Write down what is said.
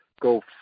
go